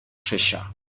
treasure